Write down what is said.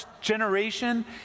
generation